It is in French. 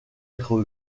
être